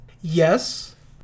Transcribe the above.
yes